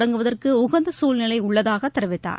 தொடங்குவதற்கு உகந்த சூழ்நிலை உள்ளதாக தெரிவித்தார்